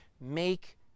make